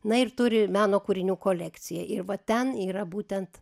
na ir turi meno kūrinių kolekciją ir va ten yra būtent